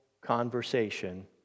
conversation